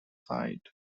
site